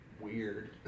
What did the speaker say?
weird